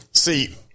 See